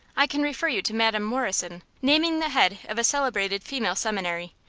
i can refer you to madam morrison, naming the head of a celebrated female seminary.